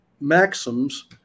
maxims